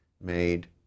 made